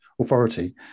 authority